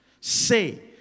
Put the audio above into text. say